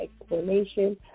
explanation